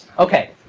ok.